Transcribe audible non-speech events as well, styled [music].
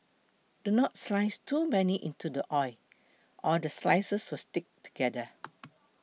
do not slice too many into the oil or the slices will stick together [noise]